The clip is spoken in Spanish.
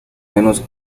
menos